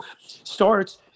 starts